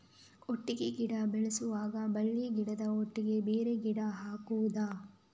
ಒಟ್ಟಿಗೆ ಗಿಡ ಬೆಳೆಸುವಾಗ ಬಳ್ಳಿ ಗಿಡದ ಒಟ್ಟಿಗೆ ಬೇರೆ ಗಿಡ ಹಾಕುದ?